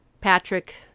Patrick